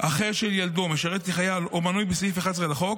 האחר של ילדו משרת כחייל או מנוי בסעיף 11 לחוק,